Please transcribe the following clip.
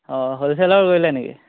অঁ হ'লচেলৰ কৰিলে নেকি